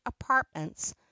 apartments